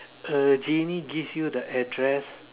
a genie gives you the address